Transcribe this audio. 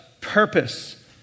purpose